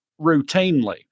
routinely